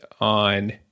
on